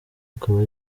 akaba